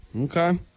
Okay